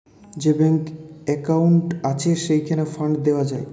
যে ব্যাংকে একউন্ট আছে, সেইখানে ফান্ড দেওয়া যায়